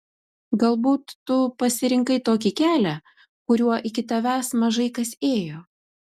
galbūt tu pasirinkai tokį kelią kuriuo iki tavęs mažai kas ėjo